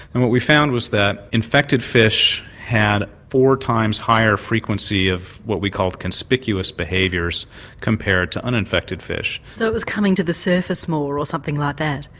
and what we found was that infected fish had four times higher frequency of what we called conspicuous behaviours compared to uninfected fish. so it was coming to the surface more or something like that?